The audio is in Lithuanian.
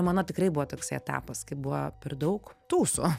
mano tikrai buvo toks etapas kai buvo per daug tūsų